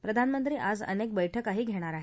प्रधानमंत्री आज अनेक बैठकाही घेणार आहेत